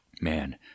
man